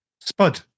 Spud